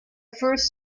first